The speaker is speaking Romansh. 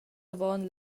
avon